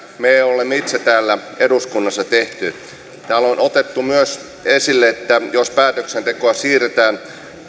me olemme itse täällä eduskunnassa tehneet täällä on otettu myös esille että jos päätöksentekoa siirretään